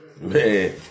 Man